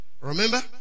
Remember